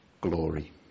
glory